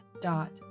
Dot